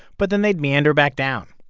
but then they'd meander back down.